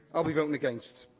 i'll be voting against.